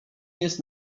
jest